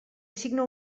assigna